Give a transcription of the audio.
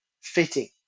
fitting